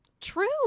true